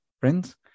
friends